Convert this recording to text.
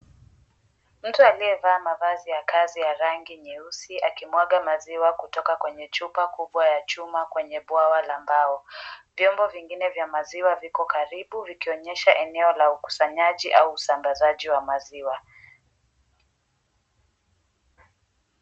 Mtu aliyevaa mavazi ya kazi ya rangi nyeusi akimwaga maziwa kwenye chupa ya chuma kwenye bwawa la mbao vyombo vengine vya maziwa viko karibu ikionesha eneo la ukusanyaji au usambazaji wa maziwa.